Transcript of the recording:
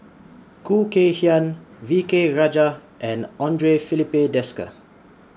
Khoo Kay Hian V K Rajah and Andre Filipe Desker